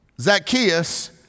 Zacchaeus